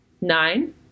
Nine